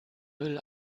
müll